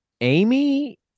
Amy